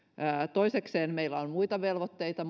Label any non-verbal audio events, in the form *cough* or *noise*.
toisekseen meillä monilla on muita velvoitteita *unintelligible*